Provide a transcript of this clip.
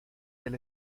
del